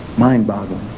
mind boggling.